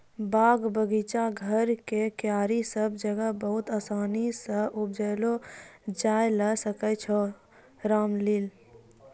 बाग, बगीचा, घर के क्यारी सब जगह बहुत आसानी सॅ उपजैलो जाय ल सकै छो रामतिल